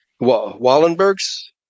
Wallenberg's